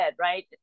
right